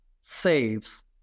saves